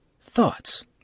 thoughts